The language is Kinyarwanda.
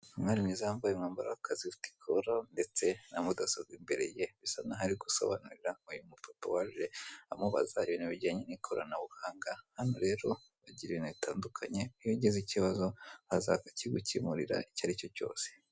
Umwari mwiza wambaye umwambaro w'akazi ufite ikora ndetse na mudasobwa imbere ye bisa naho ari gusobanurira umupapa waje amibaza ibintu bijyanye n'ikoranabuhanga hano rero bagira ibintu bitandukanye, iyo ugize ikibazo uraza bakakigukemurira icyaricyo cyose.